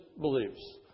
beliefs